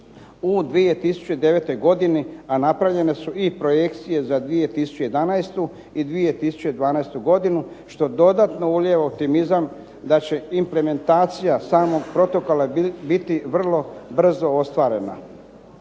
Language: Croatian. u 2009. godini a napravljene su i projekcije za 2011. i 2012. što dodatno ulijeva optimizam da će implementacija samog protokola biti vrlo brzo ostvarena.